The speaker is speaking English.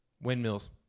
Windmills